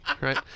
right